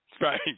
Right